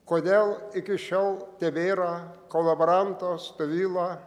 kodėl iki šiol tebėra kolaboranto stovyla